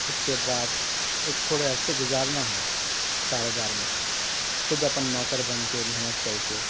اس کے بعد اک تھوڑے عرصے گزارنا ہے کاروبار میں خود اپن نوکر بن کے محنت کر کے